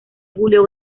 julio